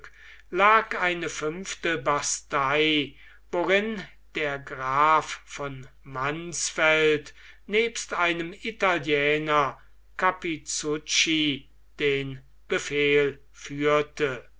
lag eine fünfte bastei worin der graf von mansfeld nebst einem italiener capizucchi den befehl führte